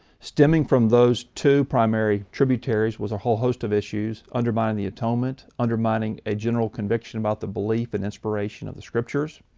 stemming from those two primary tributaries, was a whole host of issues, undermining the atonement, undermining a general conviction about the belief and inspiration of the scriptures.